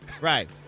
right